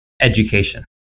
education